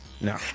No